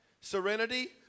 serenity